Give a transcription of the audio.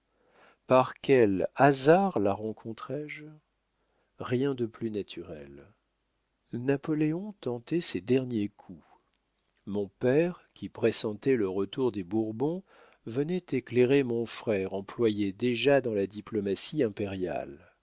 par quel hasard la rencontrai je rien de plus naturel napoléon tentait ses derniers coups mon père qui pressentait le retour des bourbons venait éclairer mon frère employé déjà dans la diplomatie impériale